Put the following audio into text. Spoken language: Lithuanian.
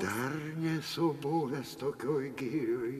dar nesu buvęs tokioj girioj